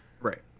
Right